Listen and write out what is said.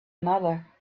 another